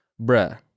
bruh